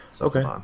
Okay